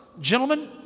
gentlemen